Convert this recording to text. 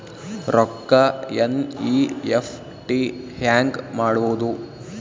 ರೊಕ್ಕ ಎನ್.ಇ.ಎಫ್.ಟಿ ಹ್ಯಾಂಗ್ ಮಾಡುವುದು?